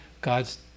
God's